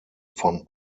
von